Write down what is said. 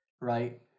right